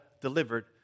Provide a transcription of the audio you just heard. delivered